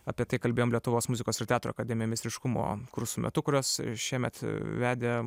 apie tai kalbėjom lietuvos muzikos ir teatro akademijoj meistriškumo kursų metu kuriuos šiemet vedė